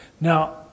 Now